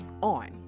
on